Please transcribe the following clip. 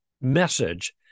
message